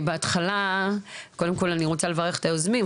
קודם כל אני רוצה לברך את היוזמים,